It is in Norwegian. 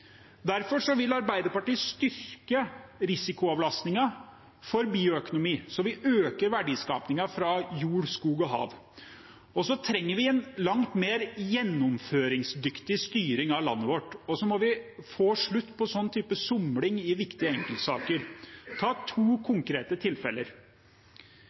Derfor vil Arbeiderpartiet styrke risikoavlastningen for bioøkonomi slik at vi øker verdiskapingen fra jord, skog og hav. Og vi trenger en langt mer gjennomføringsdyktig styring av landet vårt, og vi må få slutt på en type somling i viktige enkeltsaker. La meg ta to